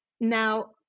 Now